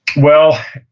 well,